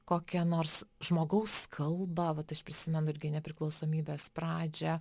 kokią nors žmogaus kalbą vat aš prisimenu irgi nepriklausomybės pradžią